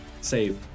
save